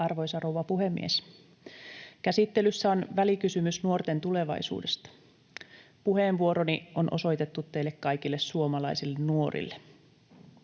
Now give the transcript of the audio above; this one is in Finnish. Arvoisa rouva puhemies! Käsittelyssä on välikysymys nuorten tulevaisuudesta. Puheenvuoroni on osoitettu teille kaikille suomalaisille nuorille.